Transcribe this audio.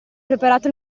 preparato